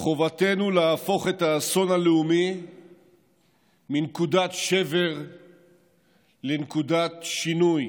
חובתנו להפוך את האסון הלאומי מנקודת שבר לנקודת שינוי.